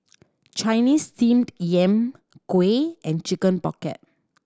Chinese Steamed Yam kuih and Chicken Pocket